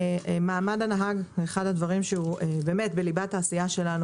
מעמד הנהג הוא בליבת העשייה שלנו.